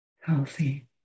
healthy